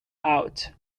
out